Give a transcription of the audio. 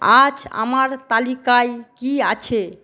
আজ আমার তালিকায় কী আছে